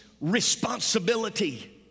responsibility